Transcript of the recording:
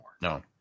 No